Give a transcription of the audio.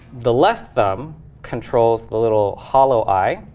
the left thumb controls the little hollow eye,